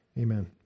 Amen